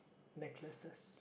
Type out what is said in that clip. necklaces